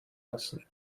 lassen